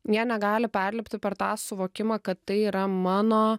jie negali perlipti per tą suvokimą kad tai yra mano